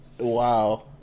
Wow